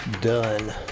done